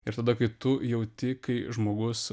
ir tada kai tu jauti kai žmogus